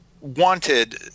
wanted